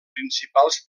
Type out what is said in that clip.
principals